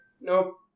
Nope